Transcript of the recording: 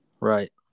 Right